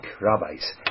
Rabbis